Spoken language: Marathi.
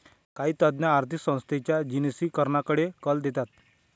काही तज्ञ आर्थिक संस्थांच्या जिनसीकरणाकडे कल देतात